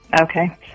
Okay